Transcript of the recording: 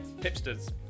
Hipsters